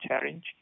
challenge